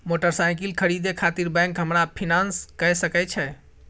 Motorcycle खरीदे खातिर bank हमरा फिनांस कय सके छै?